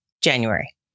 January